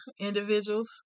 individuals